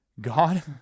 God